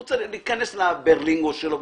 הוא צריך להיכנס לברלינגו שלו,